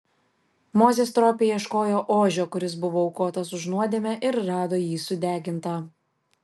mozė stropiai ieškojo ožio kuris buvo aukotas už nuodėmę ir rado jį sudegintą